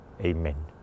Amen